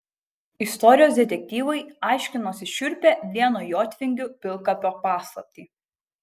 istorijos detektyvai aiškinosi šiurpią vieno jotvingių pilkapio paslaptį